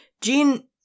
gene